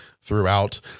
throughout